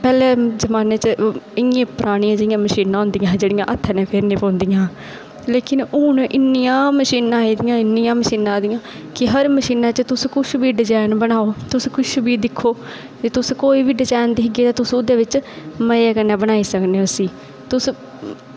पैह्ले जमानै नेहियां मशीनां होंदियां हियां जेह्ड़ियां हत्थें कन्नै फेरना पौंदियां हियां लेकिन हून इन्नियां मशीनां आई दियां इन्नियां मशीनां आई दियां तुस कुछ बी डिजाईन बनाओ तुस किश बी दिक्खो ते तुस कोई बी डिजाईन दिक्खगे ते ओह्दे बिच मज़े कन्नै बनाई सकने उसगी